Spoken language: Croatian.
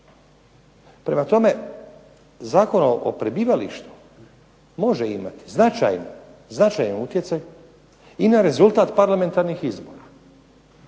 Prema tome, Zakon o prebivalištu može imati značajan utjecaj i na rezultat parlamentarnih izbora.